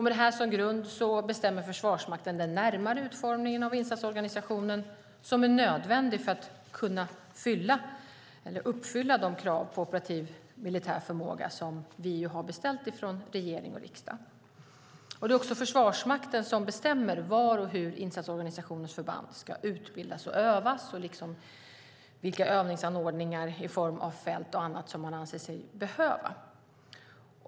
Med detta som grund bestämmer Försvarsmakten den närmare utformning av insatsorganisationen som är nödvändig för att kunna uppfylla de krav på operativ militär förmåga som regering och riksdag har beställt. Det är också Försvarsmakten som bestämmer var och hur insatsorganisationens förband ska utbildas och övas och vilka övningsanordningar i form av fält och annat som man anser sig behöva.